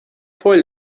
foi